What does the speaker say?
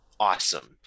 awesome